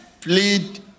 plead